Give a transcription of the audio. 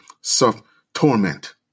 self-torment